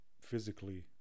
physically